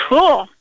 Cool